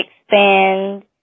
expand